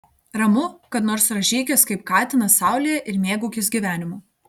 ramu kad nors rąžykis kaip katinas saulėje ir mėgaukis gyvenimu